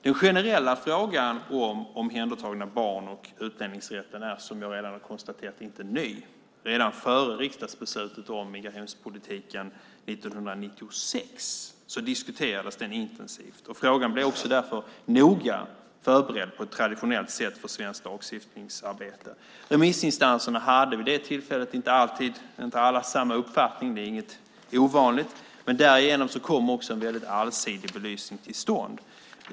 Den generella frågan om omhändertagande av barn och utlänningsrätten är, som jag tidigare har konstaterat, inte ny. Redan före riksdagsbeslutet om migrationspolitiken 1996 diskuterades den intensivt. Frågan blev också därför noga förberedd på ett för svenskt lagstiftningsarbete traditionellt sätt. Remissinstanserna hade inte alla samma uppfattning. Det är inget ovanligt. Därigenom kom också en väldigt allsidig belysning till stånd.